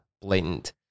blatant